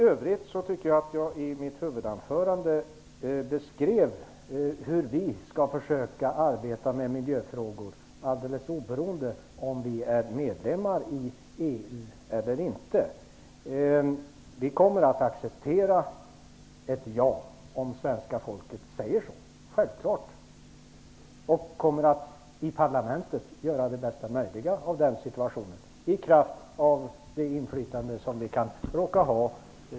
Jag anser att jag i mitt huvudanförande beskrev hur vi skall försöka arbeta med miljöfrågor, alldeles oberoende av om Sverige är medlem i EU eller inte. Självfallet kommer vi att acceptera ett ja, om svenska folket säger så. Vi kommer att i parlamentet göra det bästa möjliga av situationen i kraft av det inflytande vi kan råka ha.